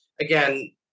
again